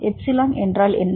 epsilon என்றால் என்ன